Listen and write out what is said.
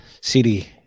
CD